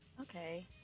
Okay